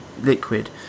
liquid